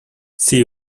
see